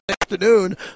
afternoon